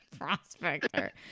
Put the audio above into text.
Prospector